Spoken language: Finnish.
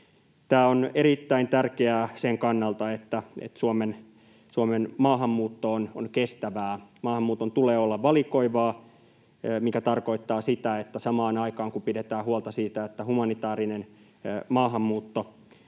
Tämä on erittäin tärkeää sen kannalta, että Suomen maahanmuutto on kestävää. Maahanmuuton tulee olla valikoivaa, mikä tarkoittaa sitä, että samaan aikaan, kun pidetään huolta siitä, että humanitaarinen maahanmuuton